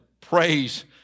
praise